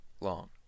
long